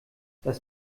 das